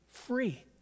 free